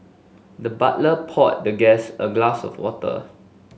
the butler poured the guest a glass of water